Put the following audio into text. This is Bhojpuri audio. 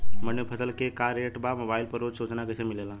मंडी में फसल के का रेट बा मोबाइल पर रोज सूचना कैसे मिलेला?